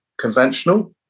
conventional